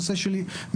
הנושא של מימון.